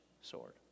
sword